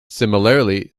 similarly